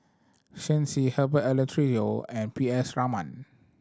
Shen Xi Herbert Eleuterio and P S Raman